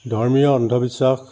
ধৰ্মীয় অন্ধবিশ্বাস